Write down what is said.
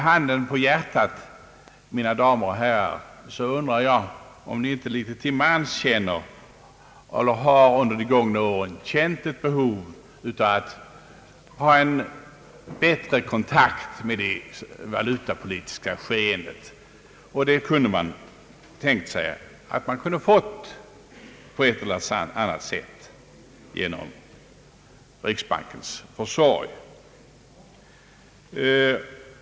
Handen på hjärtat, mina damer och herrar, känner vi inte alla och har vi inte alla under de gångna åren känt ett behov av en bättre kontakt med det valutapolitiska skeendet? Sådan kontakt borde vi kunna få på ett eller annat sätt genom riksbankens försorg.